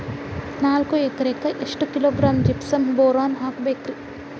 ನಾಲ್ಕು ಎಕರೆಕ್ಕ ಎಷ್ಟು ಕಿಲೋಗ್ರಾಂ ಜಿಪ್ಸಮ್ ಬೋರಾನ್ ಹಾಕಬೇಕು ರಿ?